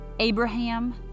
Abraham